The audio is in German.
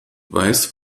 weiß